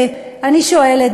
אני שואלת,